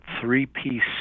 three-piece